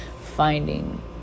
finding